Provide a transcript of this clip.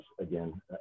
again